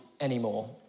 anymore